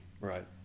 Right